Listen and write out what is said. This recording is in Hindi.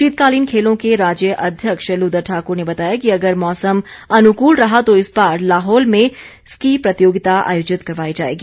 शीतकालीन खेलों के राज्य अध्यक्ष लुदर ठाकुर ने बताया कि अगर मौसम अनुकूल रहा तो इस बार लाहौल में स्की प्रतियोगिता आयोजित करवाई जाएगी